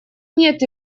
нет